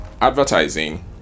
advertising